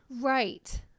Right